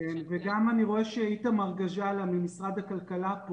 ואני רואה שגם איתמר גזלה ממשרד הכלכלה פה,